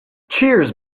cheers